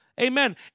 amen